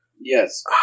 Yes